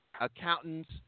accountants